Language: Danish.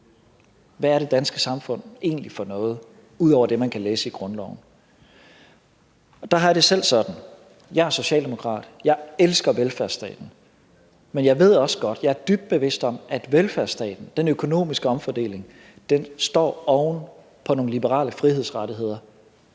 Hvad er det danske samfund egentlig for noget ud over det, man kan læse i grundloven? Der har jeg det selv sådan, at jeg er socialdemokrat, og jeg elsker velfærdsstaten. Men jeg ved også godt – jeg er dybt bevidst om – at velfærdsstaten, den økonomiske omfordeling, står oven på nogle liberale frihedsrettigheder,